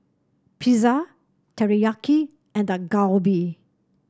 pizza Teriyaki and Dak Galbi